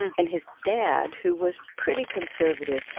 and his dad, who was pretty conservative,